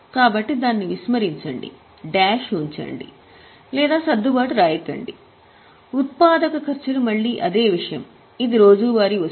కాబట్టి దాన్ని విస్మరించండి డాష్ ఉంచండి లేదా సర్దుబాటు రాయకండి ఉత్పాదక ఖర్చులు మళ్ళీ అదే విషయం ఇది రోజువారీ వస్తువు